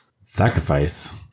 Sacrifice